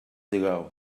ago